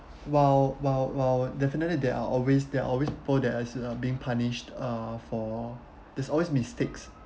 while while while definitely there are always there are always people that as uh being punish uh for there's always mistakes